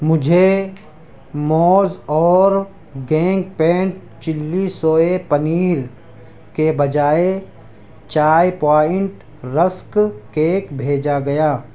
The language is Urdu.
مجھے موز اورگینک پینٹ چلی سوئے پنیر کے بجائے چائے پوائنٹ رسک کیک بھیجا گیا